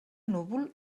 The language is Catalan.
núvol